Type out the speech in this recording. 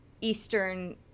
Eastern